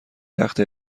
تخت